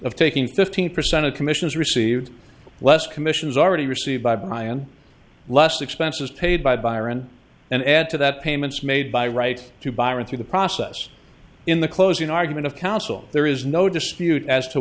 of taking fifteen percent of commissions received less commissions already received by brian less expenses paid by byron and add to that payments made by right to byron through the process in the closing argument of counsel there is no dispute as to